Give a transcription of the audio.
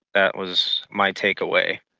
that was my take-away.